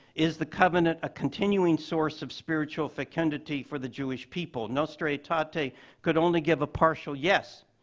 is the covenant a continuing source of spiritual fecundity for the jewish people? nostra aetate ah aetate could only give a partial yes,